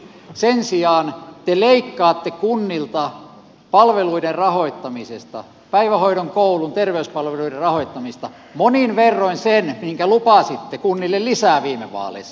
sen sijaan te leikkaatte kunnilta palveluiden rahoittamisesta päivähoidon koulun terveyspalveluiden rahoittamisesta monin verroin sen minkä lupasitte kunnille lisää viime vaaleissa